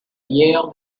yale